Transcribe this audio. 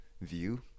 view